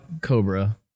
cobra